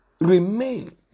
remain